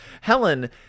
Helen